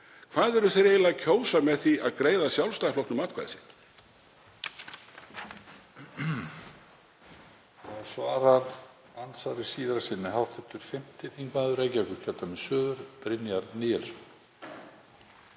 hvað eru þeir eiginlega að kjósa með því að greiða Sjálfstæðisflokknum atkvæði sitt?